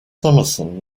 summerson